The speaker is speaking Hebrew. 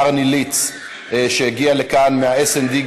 המונח "עניין לציבור" בעילה לסגירת תיק),